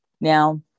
Now